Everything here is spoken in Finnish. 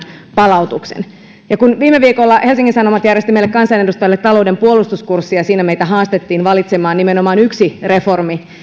palautuksen kun viime viikolla helsingin sanomat järjesti meille kansanedustajille taloudenpuolustuskurssia ja siinä meitä haastettiin valitsemaan nimenomaan yksi reformi